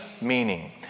meaning